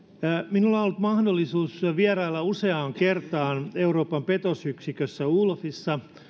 minulla on on ollut mahdollisuus vierailla useaan kertaan euroopan petosyksikössä olafissa